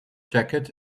jacket